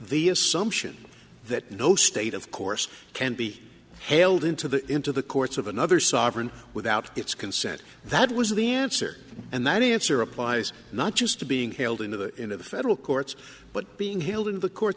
the assumption that no state of course can be held into the into the courts of another sovereign without its consent that was the answer and that he answer applies not just to being hailed into the into the federal courts but being held in the cour